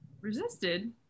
resisted